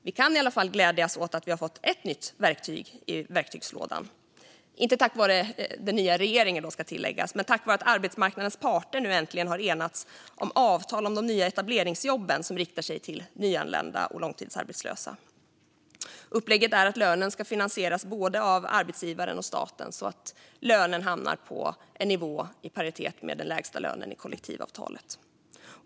Vi kan i alla fall glädjas åt ett nytt verktyg i verktygslådan, inte tack vare regeringen, ska tilläggas, utan tack vare att arbetsmarknadens parter äntligen har enats om ett avtal om de nya etableringsjobb som riktar sig till nyanlända och långtidsarbetslösa. Upplägget är att lönen finansieras av både arbetsgivaren och staten så att den motsvarar lägsta lön i kollektivavtalet.